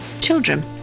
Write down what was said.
children